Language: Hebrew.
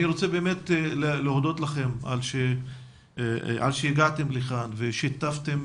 אני רוצה להודות לכם שהגעתם לכאן ושיתפתם